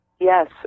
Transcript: Yes